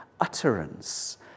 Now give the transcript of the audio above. utterance